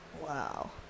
Wow